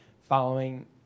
following